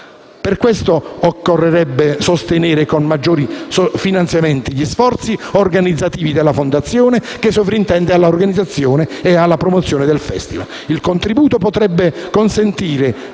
Per questo occorrerebbe sostenere con maggiori finanziamenti gli sforzi organizzativi della fondazione che sovrintende alla organizzazione e promozione del Festival.